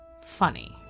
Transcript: funny